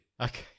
okay